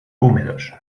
húmedos